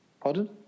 Pardon